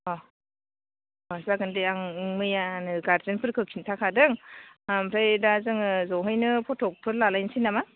अ अ जागोन दे आं मैयानो गारजेनफोरखौ खिन्थाखादों ओमफ्राय दा जोङो बेवहायनो फथ'फोर लालायनिसै नामा